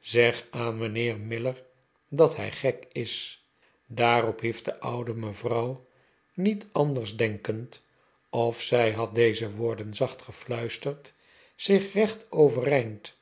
zeg aan mijnheer miller dat hij gek is daarop hief de oude vrouw niet anders denkend of zij had deze woorden zacht gefluisterd zich recht overeind